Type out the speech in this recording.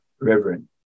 reverend